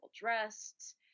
dressed